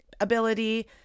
ability